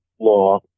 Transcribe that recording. law